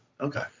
Okay